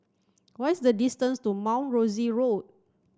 what is the distance to Mount Rosie Road